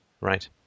Right